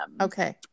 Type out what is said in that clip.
Okay